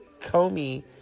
Comey